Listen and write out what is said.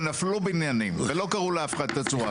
ונפלו לו בניינים ולא קרעו לאף אחד את הצורה.